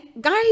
guys